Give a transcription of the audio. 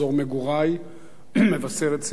אזור מגורי מבשרת-ציון,